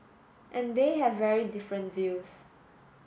and they have very different views